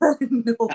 No